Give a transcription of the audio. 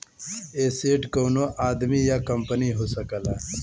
asset कउनो आदमी या कंपनी हो सकला